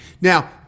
Now